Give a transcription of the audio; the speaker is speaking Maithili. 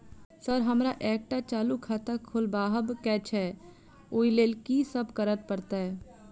सर हमरा एकटा चालू खाता खोलबाबह केँ छै ओई लेल की सब करऽ परतै?